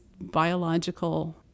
biological